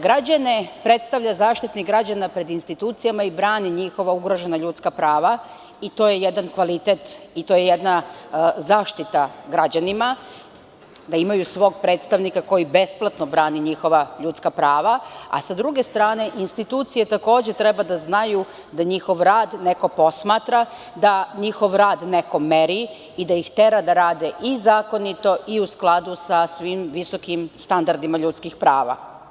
Građane predstavlja Zaštitnik građana pred institucijama i brani njihova ugrožena ljudska prava i to je jedan kvalitet, jedna zaštita građanima da imaju svog predstavnika koji besplatno brani njihova ljudska prava, a sa druge strane, institucije takođe treba da znaju da njihov rad neko posmatra, da njihov rad neko meri i da ih tera da rade i zakonito i u skladu sa svim visokim standardima ljudskih prava.